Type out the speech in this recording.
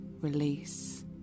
release